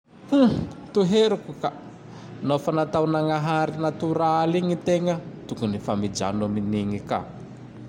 Toheriko ka! Nao fa natao-Nagnahary natoraly igny ategna tokony fa mijano amin'igny ka.